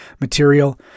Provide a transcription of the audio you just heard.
material